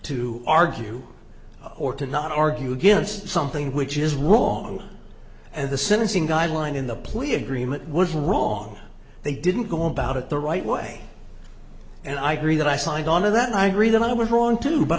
to argue or to not argue against something which is wrong and the sentencing guideline in the plea agreement was wrong they didn't go about it the right way and i agree that i signed on to that and i agree that i was wrong too but